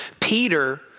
Peter